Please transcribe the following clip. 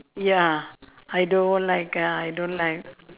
ya I don't like ah I don't like